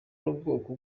n’ubwoko